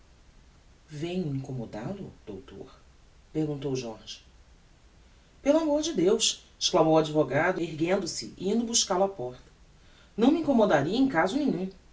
incommoda lo doutor perguntou jorge pelo amor de deus exclamou o advogado erguendo-se e indo buscal-o á porta não me incommodaria em caso nenhum